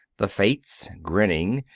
the fates, grinning,